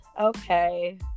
Okay